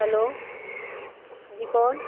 hello ji कौन